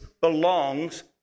belongs